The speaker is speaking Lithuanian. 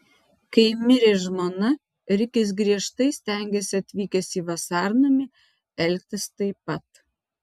kai mirė žmona rikis griežtai stengėsi atvykęs į vasarnamį elgtis taip pat